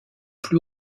plus